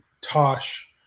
Tosh